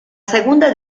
segunda